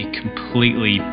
completely